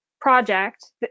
project